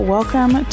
Welcome